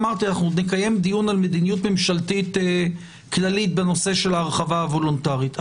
אמרתי שנקיים דיון על מדיניות ממשלתית כללית בנושא ההרחבה הוולונטרית.